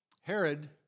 Herod